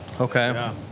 Okay